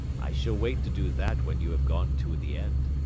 i shall wait to do that when you have gone to the end.